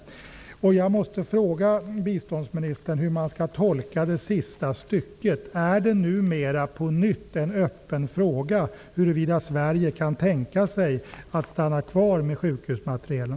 Jag måste fråga biståndsministern hur man skall tolka det sista stycket i svaret. Är det numera på nytt en öppen fråga huruvida Sverige kan tänka sig att stanna kvar med sjukhusmaterielen?